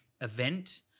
event